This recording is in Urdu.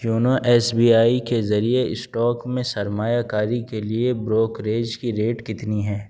یونو ایس بی آئی کے ذریعے اسٹاک میں سرمایہ کاری کے لیے بروکریج کی ریٹ کتنی ہے